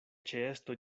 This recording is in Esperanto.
ĉeesto